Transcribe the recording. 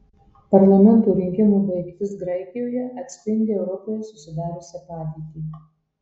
parlamento rinkimų baigtis graikijoje atspindi europoje susidariusią padėtį